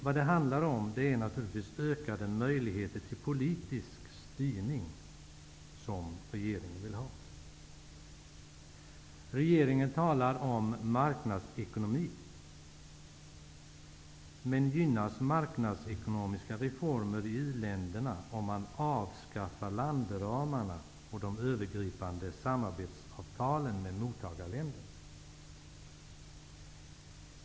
Vad det handlar om är naturligtvis att regeringen vill ha ökade möjligheter till politisk styrning. Regeringen talar om marknadsekonomi. Men gynnas marknadsekonomiska reformer i uländerna om man avskaffar landramarna och de övergripande samarbetsavtalen med mottagarländerna?